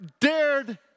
dared